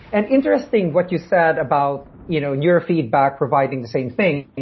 and interesting what you said about you know your feedback providing the same thing.